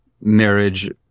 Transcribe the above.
marriage